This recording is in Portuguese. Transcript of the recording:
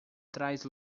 traz